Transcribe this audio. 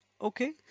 Okay